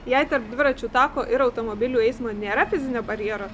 jei tarp dviračių tako ir automobilių eismo nėra fizinio barjero